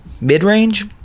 mid-range